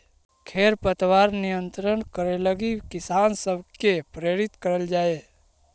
खेर पतवार नियंत्रण करे लगी किसान सब के प्रेरित करल जाए